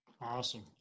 Awesome